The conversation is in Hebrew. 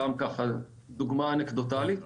זאת דוגמה אנקדוטלית.